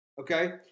okay